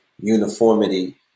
uniformity